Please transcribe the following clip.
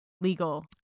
legal